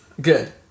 good